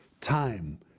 Time